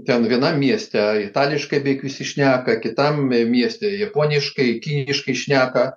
ten vienam mieste itališkai beveik visi šneka kitam mieste japoniškai kiniškai šneka